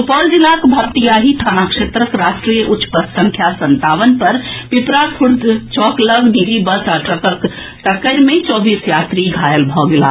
सुपौल जिलाक भपटीयाही थाना क्षेत्रक राष्ट्रीय उच्च पथ संख्या संत्तावन पर पिपराखुर्द चौक लऽग निजी बस आ ट्रकक टक्कर मे चौबीस यात्री घायल भऽ गेलाह